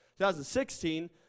2016